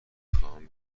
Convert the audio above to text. میخواهم